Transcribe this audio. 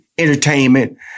entertainment